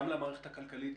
גם למערכת הכלכלית,